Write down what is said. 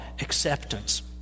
acceptance